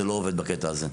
זה לא עובד בקטע הזה.